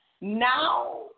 now